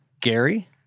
Gary